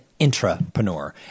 intrapreneur